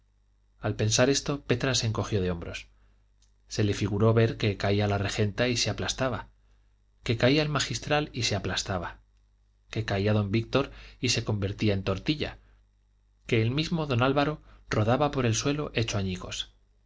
al pensar esto petra se encogió de hombros se le figuró ver que caía la regenta y se aplastaba que caía el magistral y se aplastaba que caía don víctor y se convertía en tortilla que el mismo don álvaro rodaba por el suelo hecho añicos